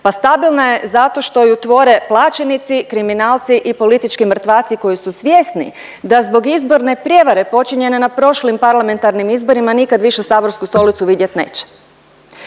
Pa stabilna je zato što ju tvore plaćenici, kriminalci i politički mrtvaci koji su svjesni da zbog izborne prijevare počinjene na prošlim parlamentarnim izborima nikad više saborsku stolicu vidjet neće.